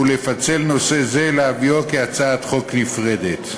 לפצל נושא זה ולהביאו כהצעת חוק נפרדת.